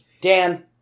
Dan